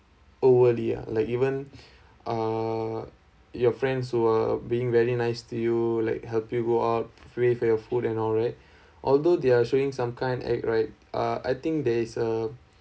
overly ah like even uh your friends who are being very nice to you like help you go out pay for your food and all right although they are showing some kind act right uh I think there is a